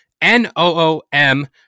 N-O-O-M